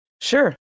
Sure